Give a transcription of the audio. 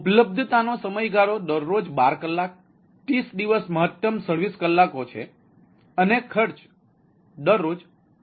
ઉપલબ્ધતાનો સમયગાળો દરરોજ 12 કલાક 30 દિવસ મહત્તમ સર્વિસ કલાકો છે અને ખર્ચ દરરોજ 50 છે